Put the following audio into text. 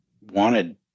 Wanted